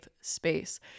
space